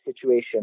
situation